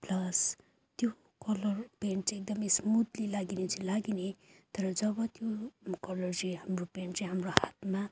plus त्यो colour paint चाहिँ एकदम स्मुथली लाग्नु चाहिँ लाग्ने तर जब त्यो कलर चाहिँ हाम्रो पेन्ट चाहिँ हाम्रो हातमा